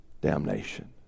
damnation